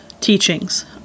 teachings